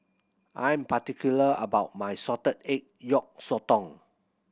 I am particular about my salted egg yolk sotong